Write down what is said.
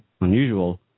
unusual